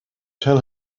tell